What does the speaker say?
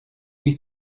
huit